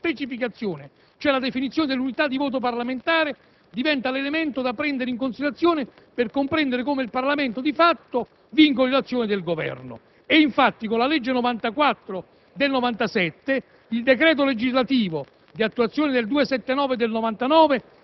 In tale contesto, il principio di specificazione, cioè la definizione dell'unità di voto parlamentare, diventa l'elemento da prendere in considerazione per comprendere come il Parlamento, di fatto, vincoli l'azione del Governo. Infatti, la legge n. 94 del 1997 e il decreto legislativo